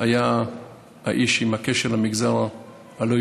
הוא היה האיש עם הקשר למגזר הלא-יהודי.